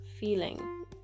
feeling